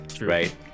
right